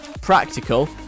practical